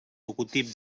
logotip